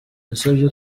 yasabye